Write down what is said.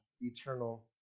eternal